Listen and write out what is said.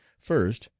first,